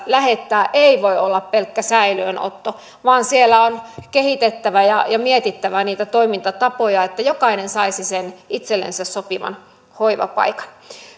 lähettää ei voi olla pelkkä säilöönotto vaan siellä on kehitettävä ja ja mietittävä niitä toimintatapoja että jokainen saisi sen itsellensä sopivan hoivapaikan